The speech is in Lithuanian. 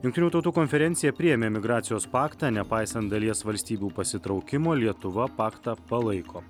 jungtinių tautų konferencija priėmė migracijos paktą nepaisant dalies valstybių pasitraukimo lietuva paktą palaiko